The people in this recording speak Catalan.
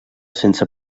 sense